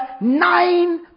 nine